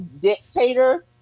dictator